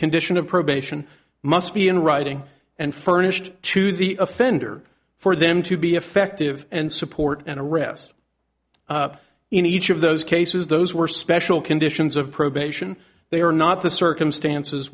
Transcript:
condition of probation must be in writing and furnished to the offender for them to be effective and support and arrest in each of those cases those were special conditions of probation they are not the circumstances